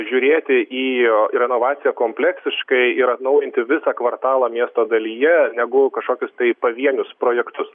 žiūrėti į į renovaciją kompleksiškai ir atnaujinti visą kvartalą miesto dalyje negu kažkokius tai pavienius projektus